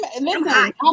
listen